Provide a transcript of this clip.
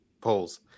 polls